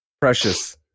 Precious